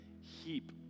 heap